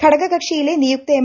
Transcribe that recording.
ഘടകകക്ഷിയിലെ നിയുക്ത എം